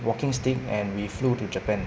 walking stick and we flew to japan